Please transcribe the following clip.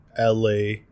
LA